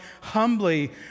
humbly